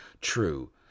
True